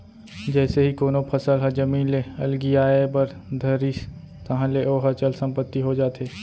जइसे ही कोनो फसल ह जमीन ले अलगियाये बर धरिस ताहले ओहा चल संपत्ति हो जाथे